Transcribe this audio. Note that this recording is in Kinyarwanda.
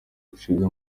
acibwa